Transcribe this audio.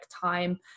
time